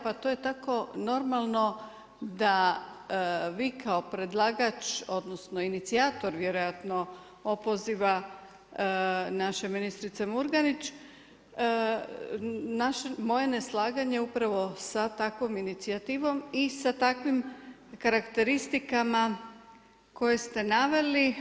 Pa to je tako normalno da vi kao predlagač, odnosno inicijator vjerojatno opoziva naše ministrice Murganić, moje neslaganje sa takvom inicijativom i sa takvim karakteristikama koje ste naveli.